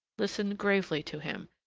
listened gravely to him,